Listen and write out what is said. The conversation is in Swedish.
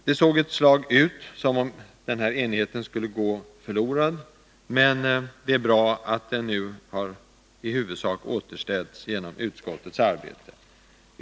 Det såg ett slag ut som om enigheten skulle gå förlorad, men det är bra att den nu i huvudsak har återställts genom utskottets arbete.